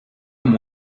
amb